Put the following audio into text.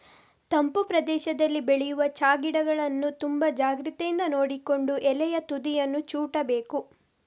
ತಂಪು ಪ್ರದೇಶದಲ್ಲಿ ಬೆಳೆಯುವ ಚಾ ಗಿಡಗಳನ್ನ ತುಂಬಾ ಜಾಗ್ರತೆಯಿಂದ ನೋಡಿಕೊಂಡು ಎಲೆಯ ತುದಿಯನ್ನ ಚಿವುಟ್ಬೇಕು